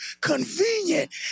convenient